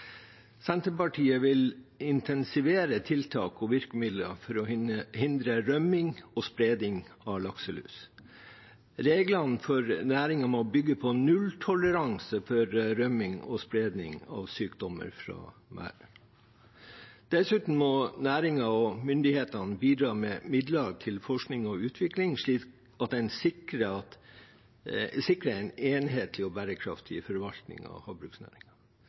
Senterpartiet vil intensivere tiltak og virkemidler for å hindre rømming og spredning av lakselus. Reglene for næringen må bygge på nulltoleranse for rømming og spredning av sykdommer fra merder. Dessuten må næringen og myndighetene bidra med midler til forskning og utvikling slik at en sikrer en enhetlig og bærekraftig forvaltning av